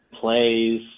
plays